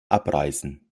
abreißen